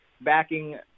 backing